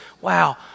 Wow